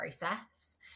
process